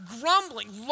grumbling